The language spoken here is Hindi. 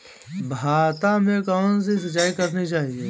भाता में कौन सी सिंचाई करनी चाहिये?